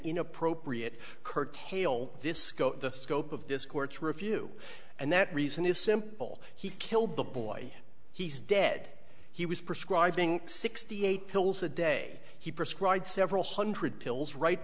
inappropriate curtail this scope the scope of this court's review and that reason is simple he killed the boy he's dead he was prescribing sixty eight pills a day he prescribed several hundred pills right